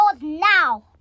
now